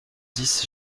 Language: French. dix